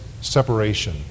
separation